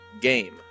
Game